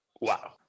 Wow